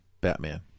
Batman